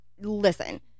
listen